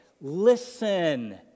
listen